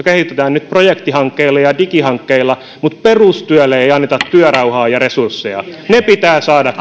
kehitetään nyt projektihankkeilla ja digihankkeilla mutta perustyölle ei anneta työrauhaa ja resursseja ne pitää saada